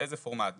באיזה פורמט,